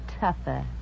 tougher